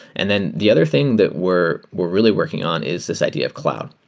and then the other thing that we're we're really working on is this idea of cloud.